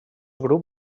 grup